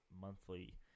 monthly